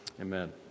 amen